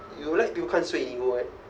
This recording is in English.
you like people kan sue you [what]